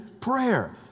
prayer